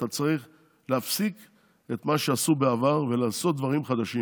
אתה צריך להפסיק את מה שעשו בעבר ולעשות דברים חדשים